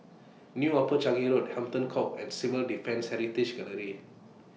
New Upper Changi Road Hampton Court and Civil Defence Heritage Gallery